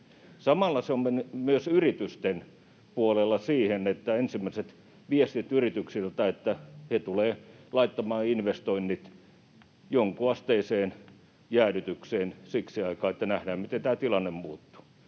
Samalla se on mennyt myös yritysten puolella siihen, että on ensimmäisiä viestejä yrityksiltä siitä, että he tulevat laittamaan investoinnit jonkinasteiseen jäädytykseen siksi aikaa, että nähdään, miten tämä tilanne muuttuu.